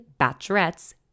Bachelorette's